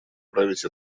править